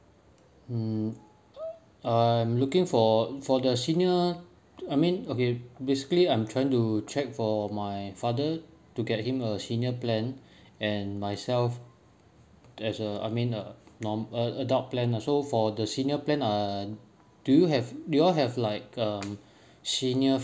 um I'm looking for the for the senior I mean okay basically I'm trying to check for my father to get him a senior plan and myself as a I mean uh norm~ a adult plan lah so for the senior plan uh do you have do you all have like um senior